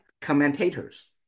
commentators